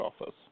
office